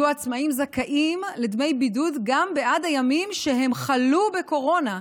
יהיו העצמאים זכאים לדמי בידוד גם בעד הימים שהם חלו בקורונה,